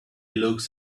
looks